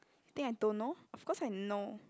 think I don't know of course I know